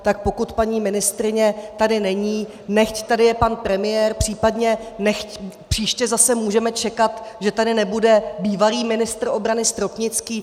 Tak pokud paní ministryně tady není, nechť tady je pan premiér, případně příště zase můžeme čekat, že tady nebude bývalý ministr obrany Stropnický.